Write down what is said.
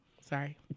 Sorry